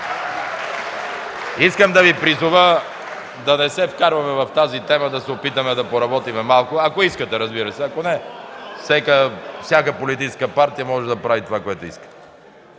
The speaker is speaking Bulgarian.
Искам да Ви призова да не се вкарваме в тази тема, да се опитаме да поработим малко, ако искате, разбира се, ако не – всяка политическа партия може да прави това, което иска.